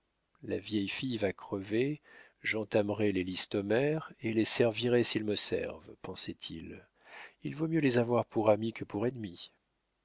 la vieille fille va crever j'entamerai les listomère et les servirai s'il me servent pensait-il il vaut mieux les avoir pour amis que pour